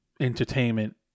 Entertainment